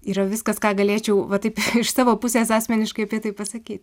yra viskas ką galėčiau va taip iš savo pusės asmeniškai apie tai pasakyt